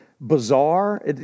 bizarre